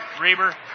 Reber